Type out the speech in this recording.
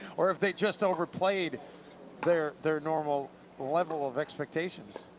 or if they just overplayed their their normal level of expectations.